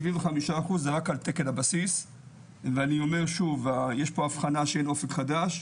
75% זה רק על תקן הבסיס ואני אומר שוב שיש בו אבחנה שאין אופק חדש,